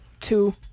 two